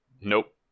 Nope